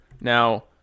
Now